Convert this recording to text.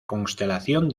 constelación